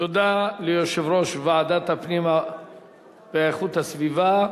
תודה ליושב-ראש ועדת הפנים והגנת הסביבה,